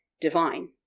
divine